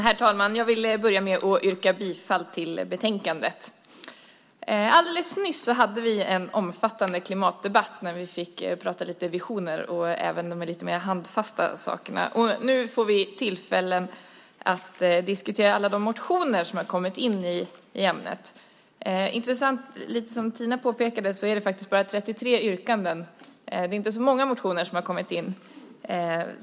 Herr talman! Jag vill börja med att yrka bifall till utskottets förslag i betänkandet. Alldeles nyss hade vi en omfattande klimatdebatt där vi fick prata lite om visioner och även om de lite mer handfasta sakerna. Nu får vi tillfälle att diskutera alla de motioner i ämnet som kommit in till utskottet. Det är intressant, som också Tina påpekade, att det bara finns 33 yrkanden. Det är alltså inte så många motioner som kommit in.